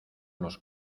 los